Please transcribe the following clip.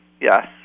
Yes